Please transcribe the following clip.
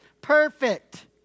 perfect